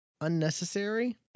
unnecessary